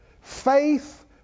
faith